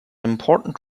important